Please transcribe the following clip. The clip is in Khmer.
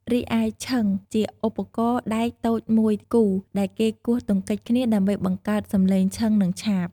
រីឯឈិង ជាឧបករណ៍ដែកតូចមួយគូ ដែលគេគោះទង្គិចគ្នាដើម្បីបង្កើតសំឡេង ឈិង និង ឆាប។